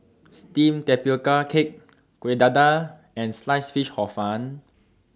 Steamed Tapioca Cake Kueh Dadar and Sliced Fish Hor Fun